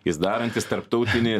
jis darantis tarptautinį